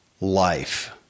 life